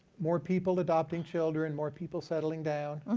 more people adopting children, more people settling down.